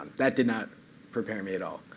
that did not prepare me at all.